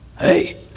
hey